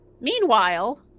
Meanwhile